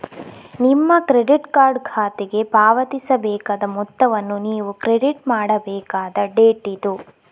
ನಿಮ್ಮ credit card ಖಾತೆಗೆ ಪಾವತಿಸಬೇಕಾದ ಮೊತ್ತವನ್ನು ನೀವು ಕ್ರೆಡಿಟ್ ಮಾಡಬೇಕಾದ ಡೇಟ್ ಇದು